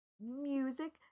music